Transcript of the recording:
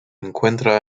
encuentra